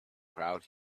crowd